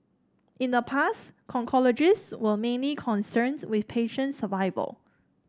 in the past oncologist were mainly concerned with patient survival